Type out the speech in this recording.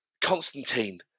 constantine